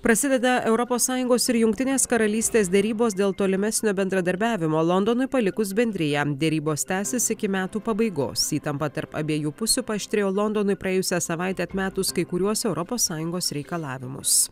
prasideda europos sąjungos ir jungtinės karalystės derybos dėl tolimesnio bendradarbiavimo londonui palikus bendriją derybos tęsis iki metų pabaigos įtampa tarp abiejų pusių paaštrėjo londonui praėjusią savaitę atmetus kai kuriuos europos sąjungos reikalavimus